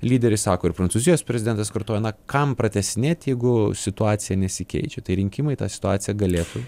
lyderis sako ir prancūzijos prezidentas kartoja na kam pratęsinėti jeigu situacija nesikeičia tai rinkimai tą situaciją galėtų